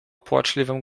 płaczliwym